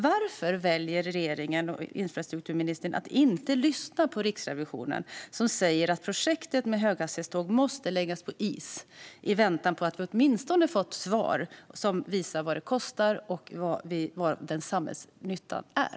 Varför väljer regeringen och infrastrukturministern att inte lyssna på Riksrevisionen, som säger att projektet med höghastighetståg måste läggas på is - åtminstone tills vi får svar som visar vad det kostar och vad samhällsnyttan är?